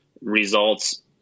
results